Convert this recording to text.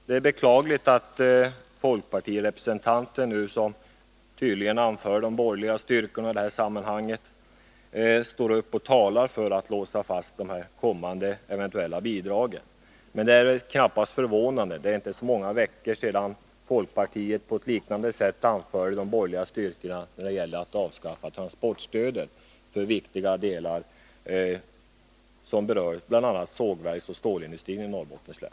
Det är beklagligt att folkpartiets representant, som nu tydligen anför de borgerliga styrkorna i detta sammanhang, står upp och talar för att låsa fast de kommande eventuella bidragen. Det är knappast förvånande — det är inte så många veckor sedan som folkpartiet på ett liknande sätt anförde de borgerliga styrkorna när det gällde att avskaffa transportstödet för viktiga delar, bl.a. för sågverken och stålindustrin i Norrbottens län.